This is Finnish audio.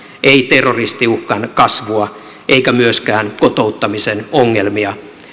ei terroristiuhkan kasvua eikä myöskään kotouttamisen ongelmia